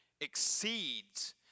exceeds